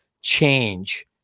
change